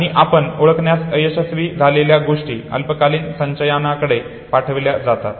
आणि आपण ओळखण्यास अयशस्वी झालेल्या गोष्टी अल्पकालीन संचयनाकडे पाठवल्या जातात